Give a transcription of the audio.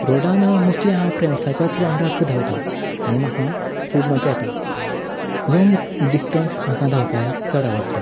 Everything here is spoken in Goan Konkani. रोडान मोस्टली हांव फ्रेडसांच्याच वांगडा धांवता आनी म्हाका खूब मज्जा येता लोंग डिस्टन्स म्हाका धांवपाक चड आवडटा